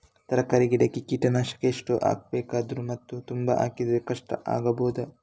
ತರಕಾರಿ ಗಿಡಕ್ಕೆ ಕೀಟನಾಶಕ ಎಷ್ಟು ಹಾಕ್ಬೋದು ಮತ್ತು ತುಂಬಾ ಹಾಕಿದ್ರೆ ಕಷ್ಟ ಆಗಬಹುದ?